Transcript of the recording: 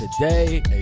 today